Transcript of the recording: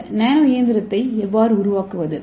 இந்த நானோ இயந்திரத்தை எவ்வாறு உருவாக்குவது